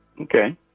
Okay